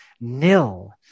Nil